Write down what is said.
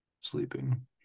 sleeping